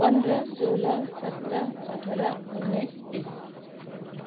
पन्ध्र सोह्र सत्र अठार उन्नाइस बिस